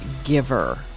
giver